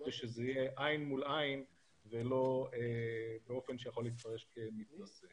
כדי שזה יהיה עין מול עין ולא באופן שיכול להתפרש כמתנשא.